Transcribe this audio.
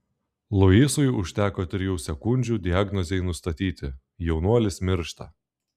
luisui užteko trijų sekundžių diagnozei nustatyti jaunuolis miršta